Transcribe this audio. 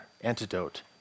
antidote